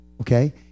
Okay